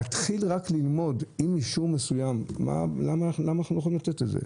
להתחיל רק ללמוד עם אישור מסוים למה אנחנו לא יכולים לתת את זה?